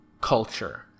culture